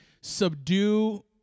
subdue